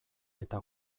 eta